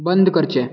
बंद करचें